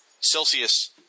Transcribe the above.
Celsius –